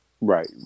Right